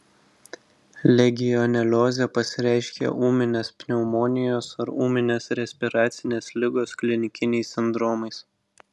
legioneliozė pasireiškia ūminės pneumonijos ar ūminės respiracinės ligos klinikiniais sindromais